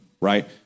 right